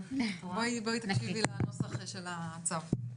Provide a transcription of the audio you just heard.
תקשיבי לנוסח של הצו.